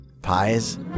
pies